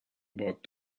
about